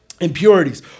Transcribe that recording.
Impurities